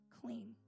clean